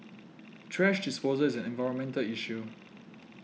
thrash disposal is an environmental issue